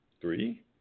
Three